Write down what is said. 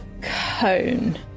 cone